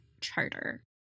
charter